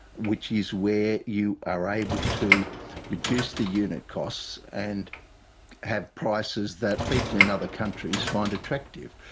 which is where you are able to reduce the unit costs and have prices that people in other countries find attractive.